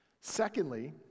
secondly